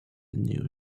new